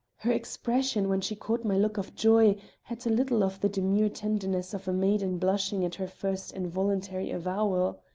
her expression when she caught my look of joy had little of the demure tenderness of a maiden blushing at her first involuntary avowal.